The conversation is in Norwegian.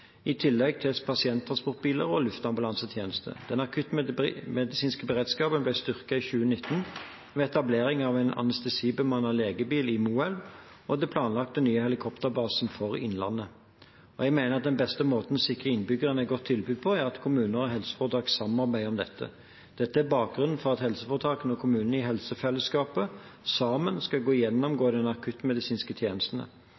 i tillegg til pasienttransportbiler og luftambulansetjeneste. Den akuttmedisinske beredskapen ble styrket i 2019 ved etablering av en anestesibemannet legebil i Moelv og den planlagte nye helikopterbasen for Innlandet. Jeg mener at den beste måten å sikre innbyggerne et godt tilbud på, er at kommuner og helseforetak samarbeider om dette. Dette er bakgrunnen for at helseforetakene og kommunene i helsefellesskapene sammen skal